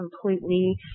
completely